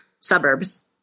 suburbs